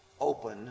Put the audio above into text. open